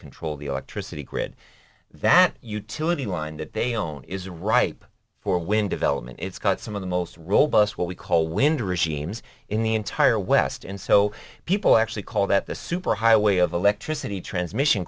control the electricity grid that utility line that they own is ripe for wind development it's got some of the most robust what we call wind regimes in the entire west and so people actually call that the superhighway of electricity transmission